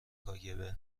کاگب